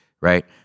right